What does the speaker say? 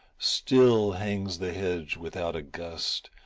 still hangs the hedge without a gust,